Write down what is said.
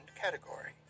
category